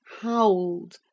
howled